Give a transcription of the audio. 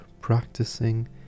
practicing